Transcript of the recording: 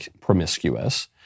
promiscuous